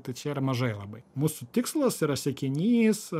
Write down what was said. tai čia yra mažai labai mūsų tikslas yra siekinys